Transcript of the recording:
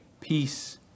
peace